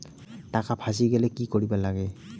টাকা ফাঁসি গেলে কি করিবার লাগে?